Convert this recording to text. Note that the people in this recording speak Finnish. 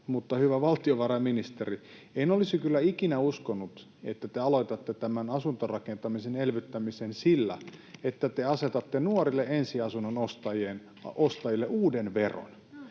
Mutta hyvä valtiovarainministeri, en olisi kyllä ikinä uskonut, että te aloitatte tämän asuntorakentamisen elvyttämisen sillä, että te asetatte nuorille ensiasunnon ostajille uuden veron.